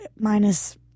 minus